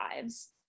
lives